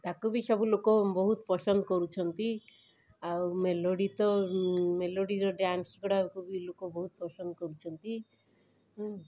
ତାକୁ ବି ସବୁଲୋକ ବହୁତ ପସନ୍ଦ କରୁଛନ୍ତି ଆଉ ମେଲୋଡ଼ି ତ ମେଲୋଡ଼ିର ଡ଼୍ୟାନ୍ସଗୁଡ଼ାକ ବି ଲୋକ ବହୁତ ପସନ୍ଦ କରୁଛନ୍ତି ହୁଁ